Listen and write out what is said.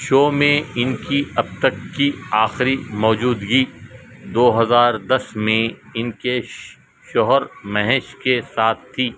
شو میں ان کی اب تک کی آخری موجودگی دو ہزار دس میں ان کے شوہر مہیش کے ساتھ تھی